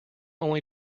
only